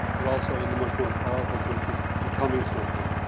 but also in the much more powerful sense of becoming something.